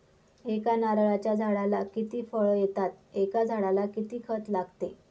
एका नारळाच्या झाडाला किती फळ येतात? एका झाडाला किती खत लागते?